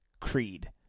Creed